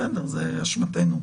בסדר, זו אשמתנו.